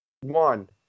One